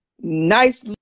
Nice